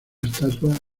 estatua